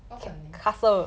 what's her name